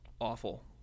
awful